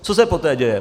Co se poté děje?